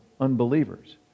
unbelievers